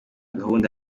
gahunda